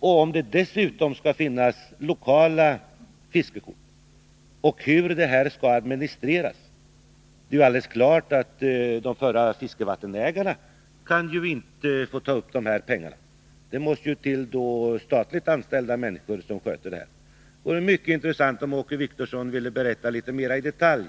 Skall det dessutom finnas lokala fiskekort? Och hur skall detta administreras? Det är ju alldeles klart att de tidigare fiskevattensägarna inte kan ta in några pengar härvidlag. I så fall måste ju statligt anställda sköta den saken. Det vore mycket intressant att få höra Åke Wictorsson redogöra litet mera idetalj